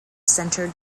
center